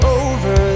over